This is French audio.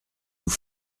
nous